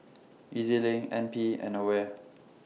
E Z LINK NP and AWARE